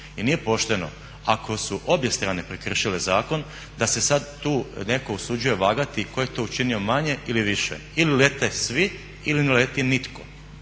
I nije pošteno ako su obje strane prekršile zakon da se sad tu neko usuđuje vagati tko je to učinio manje ili više. Ili lete svi ili ne leti nitko.